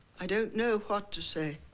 i don't know what to say.